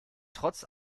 trotz